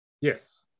Yes